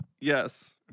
Yes